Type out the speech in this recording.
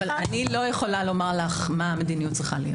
אבל אני לא יכולה לומר לך מה המדיניות צריכה להיות.